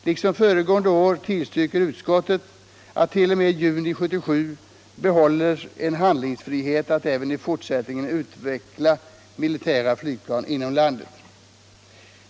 Liksom föregående år tillstyrker utskottet att man t.o.m. juni 1977 behåller en handlingsfrihet att även i fortsättningen utveckla militära flygplan inom landet.